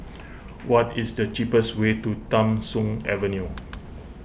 what is the cheapest way to Tham Soong Avenue